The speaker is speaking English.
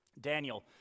daniel